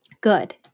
good